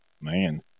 Man